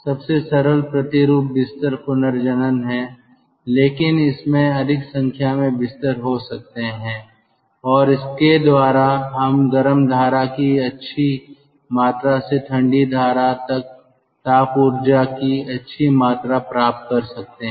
सबसे सरल प्रतिरूप बिस्तर पुनर्जनन है लेकिन इसमें अधिक संख्या में बिस्तर हो सकते हैं और इसके द्वारा हम गर्म धारा की अच्छी मात्रा से ठंडी धारा तक ताप ऊर्जा की अच्छी मात्रा प्राप्त कर सकते हैं